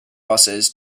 buses